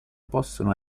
possono